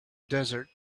desert